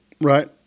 Right